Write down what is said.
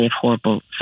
horrible